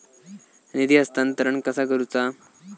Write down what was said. निधी हस्तांतरण कसा करुचा?